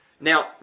Now